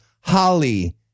holly